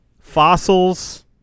Fossils